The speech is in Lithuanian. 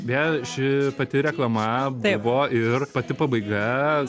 beje ši pati reklama buvo ir pati pabaiga